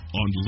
on